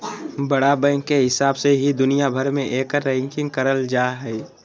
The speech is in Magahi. बड़ा बैंक के हिसाब से ही दुनिया भर मे एकर रैंकिंग करल जा हय